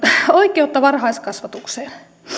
oikeutta varhaiskasvatukseen